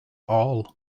all